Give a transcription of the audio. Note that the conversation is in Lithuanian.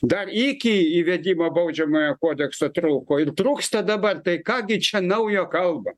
dar iki įvedimo baudžiamojo kodekso trūko ir trūksta dabar tai ką gi čia naujo kalbam